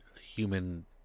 human